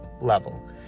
level